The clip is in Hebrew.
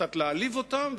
קצת להעליב אותם,